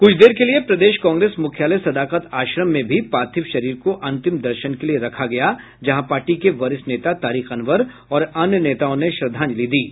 कुछ देर के लिए प्रदेश कांग्रेस मुख्यालय सदाकत आश्रम में भी पार्थिव शरीर को अंतिम दर्शन के लिए रखा गया जहां पार्टी के वरिष्ठ नेता तारिक अनवर और अन्य नेताओं ने श्रद्धांजलि अर्पित की